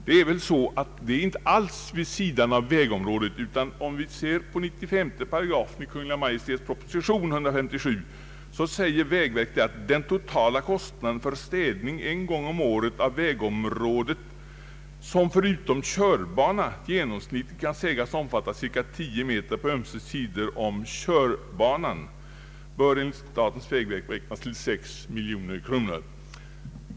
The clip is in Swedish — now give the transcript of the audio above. Det är väl här inte fråga om tio meter på ömse sidor av vägen. På s. 95 i proposition nr 157 kan vi se att statens vägverk framhåller att den totala kostnaden för städning en gång om året av vägområdet, som förutom körbana genomsnittligt kan sägas omfatta cirka tio meter på ömse sidor om körbanan, bör enligt verket beräknas till cirka 6 miljoner kronor.